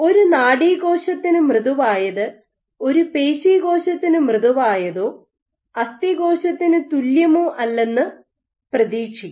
ഒരു നാഡീകോശത്തിന് മൃദുവായത് ഒരു പേശി കോശത്തിന് മൃദുവായതോ അസ്ഥി കോശത്തിന് തുല്യമോ അല്ലെന്ന് പ്രതീക്ഷിക്കും